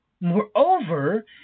moreover